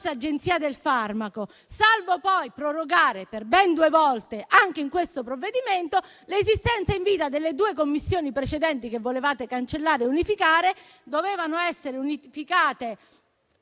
Agenzia del farmaco, salvo poi prorogare per ben due volte anche in questo provvedimento l'esistenza in vita delle due commissioni precedenti che volevate cancellare e unificare: avrebbero dovuto essere unificate